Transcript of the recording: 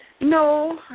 No